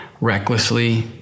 recklessly